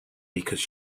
because